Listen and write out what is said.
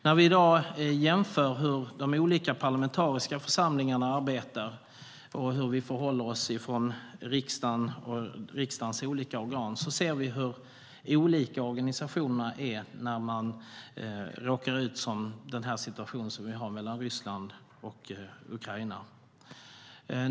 När vi i dag jämför hur de olika parlamentariska församlingarna och riksdagens olika organ arbetar kan vi se hur olika organisationerna är med tanke på den situation som råder mellan Ryssland och Ukraina.